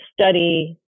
study